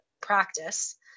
practice